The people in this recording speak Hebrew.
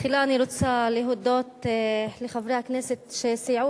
תחילה אני רוצה להודות לחברי הכנסת שסייעו